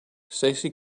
stacey